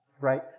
right